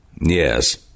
yes